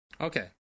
Okay